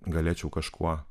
galėčiau kažkuo